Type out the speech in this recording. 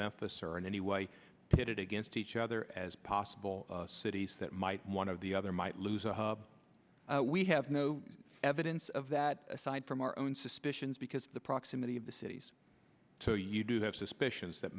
this or in any way did it against each other as possible cities that might one of the other might lose a hub we have no evidence of that aside from our own suspicions because the proximity of the cities to you do have suspicions that